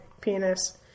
penis